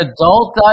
adult